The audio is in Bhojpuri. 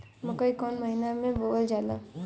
मकई कौन महीना मे बोअल जाला?